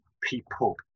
people